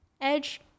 edge